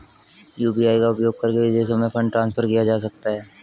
UPI का उपयोग करके विदेशों में फंड ट्रांसफर किया जा सकता है?